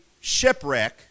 shipwreck